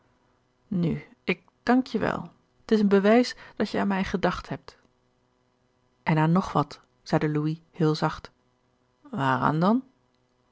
nuk ik dank je wel t is een bewijs dat je aan mij gedacht hebt en aan nog wat zeide louis heel zacht waaraan dan